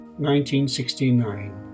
1969